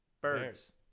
Birds